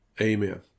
Amen